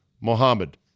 Mohammed